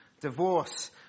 divorce